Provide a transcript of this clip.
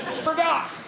Forgot